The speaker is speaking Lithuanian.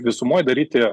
visumoj daryti